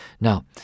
Now